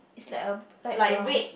is like a light brown